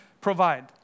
provide